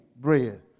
bread